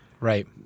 Right